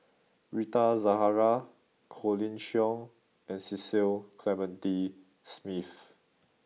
Rita Zahara Colin Cheong and Cecil Clementi Smith